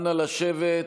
אנא לשבת.